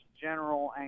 general